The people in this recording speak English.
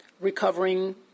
Recovering